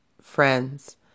friends